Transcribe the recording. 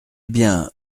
bien